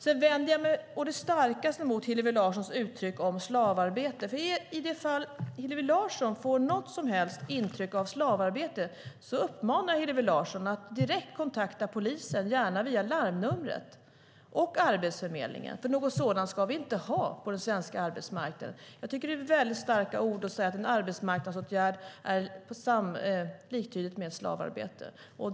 Jag vänder mig å det starkaste mot Hillevi Larssons uttryck om slavarbete. I det fall Hillevi Larsson får något som helst intryck av slavarbete uppmanar jag Hillevi Larsson att direkt kontakta polisen, och gärna via larmnumret, och Arbetsförmedlingen. Något sådant ska vi inte ha på den svenska arbetsmarknaden. Det är väldigt starka ord att säga att en arbetsmarknadsåtgärd är liktydig med slavarbete.